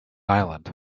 island